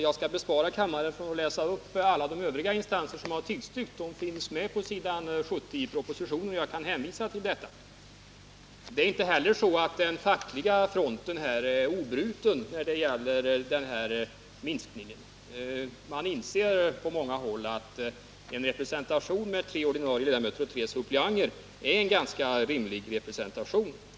Jag skall bespara kammaren en uppläsning av alla övriga instanser som har tillstyrkt förslaget — de finns upptagna på s. 70 i propositionen, och jag kan hänvisa till denna. Det är inte heller så att den fackliga fronten är obruten i uppfattningen om minskningen, utan man inser på många håll att tre ordinarie ledamöter och tre suppleanter är en ganska rimlig representation.